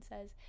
says